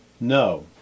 No